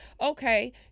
okay